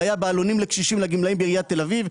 זה היה בעלונים לקשישים לגמלאים בעיריית תל אביב,